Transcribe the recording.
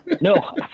No